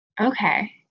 okay